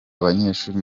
abanyeshuri